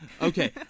okay